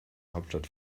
hauptstadt